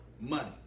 money